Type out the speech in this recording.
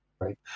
right